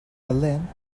helene